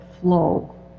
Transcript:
flow